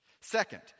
Second